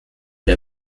der